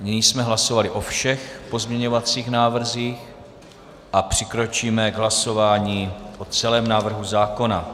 Nyní jsme hlasovali o všech pozměňovacích návrzích a přikročíme k hlasování o celém návrhu zákona.